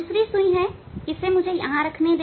दूसरी सुई को मुझे इसे यहां रखने दे